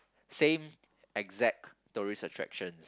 same exact tourist attractions